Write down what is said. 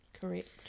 Correct